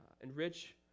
enrich